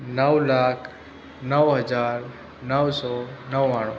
નવ લાખ નવ હજાર નવસો નવ્વાણું